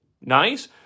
Nice